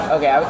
Okay